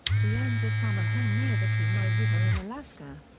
he owns a summer home near the kenai river in alaska.